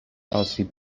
آسیب